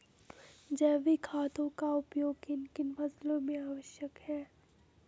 जैविक खादों का उपयोग किन किन फसलों में आवश्यक है?